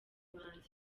bahanzi